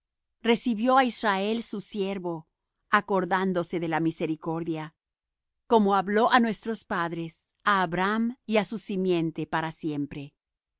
recibió á israel su siervo acordandose de la misericordia como habló á nuestros padres a abraham y á su simiente para siempre